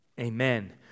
Amen